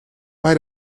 bei